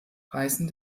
reißen